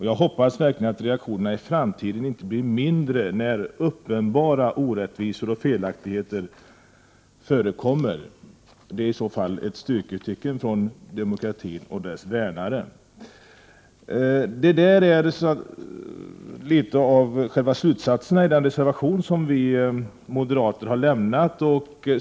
Jag hoppas verkligen att reaktionerna i framtiden inte blir mindre när uppenbara orättvisor och felaktigheter förekommer — det är i så fall ett styrketecken från demokratin och dess värnare. Detta är litet av själva slutsatserna i den reservation som vi moderater har lämnat.